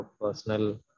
personal